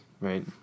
right